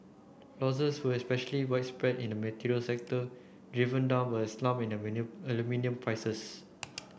losses were especially widespread in the materials sector driven down by a slump in aluminium prices